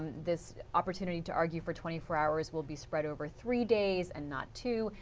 this opportunity to argue for twenty four hours will be spread over three days, and not two.